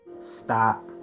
stop